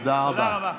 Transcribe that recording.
תודה רבה.